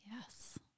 Yes